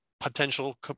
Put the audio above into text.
potential